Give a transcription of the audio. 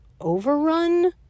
overrun